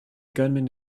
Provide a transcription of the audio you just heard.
gunman